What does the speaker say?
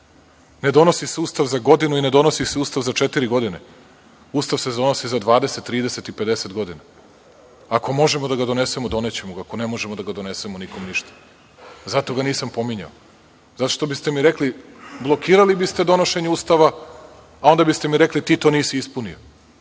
Ne donosi se Ustav za godinu i ne donosi se Ustav za četiri godine. Ustav se donosi za 20, 30 i 50 godina. Ako možemo da ga donesemo, donećemo ga. Ako ne možemo da ga donesemo nikom ništa. Zato ga nisam pominjao. Zato što bi ste mi rekli, blokirali bi ste donošenje Ustava, a onda bi ste mi rekli – ti to nisi ispunio.